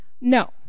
No